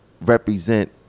represent